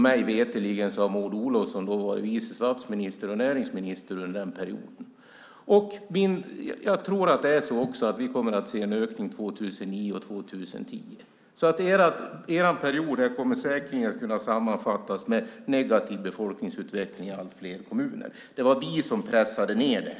Mig veterligen har Maud Olofsson varit vice statsminister och näringsminister under den perioden. Jag tror att vi kommer att se en ökning 2009 och 2010 också. Er period kommer säkert att kunna sammanfattas med negativ befolkningsutveckling i allt fler kommuner. Det var vi som pressade ned det.